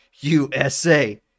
USA